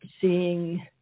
seeing